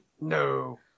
no